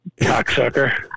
Cocksucker